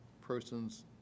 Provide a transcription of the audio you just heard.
persons